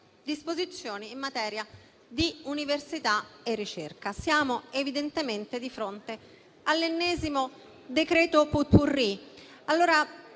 disposizioni in materia di università e ricerca. Siamo evidentemente di fronte all'ennesimo decreto *pot-pourri*.